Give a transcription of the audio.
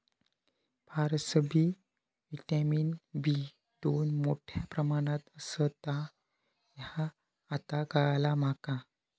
फारसबी vitamin B दोन मोठ्या प्रमाणात असता ह्या आता काळाला माका